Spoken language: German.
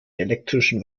elektrisierten